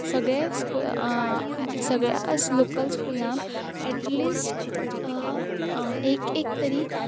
सगळे स्कूल सगळ्या लोकल स्कुलांन ऍटलीस्ट एक एक तरी